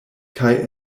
kaj